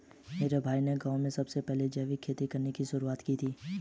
मेरे भाई ने गांव में सबसे पहले जैविक खेती करने की शुरुआत की थी